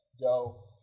go